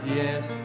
yes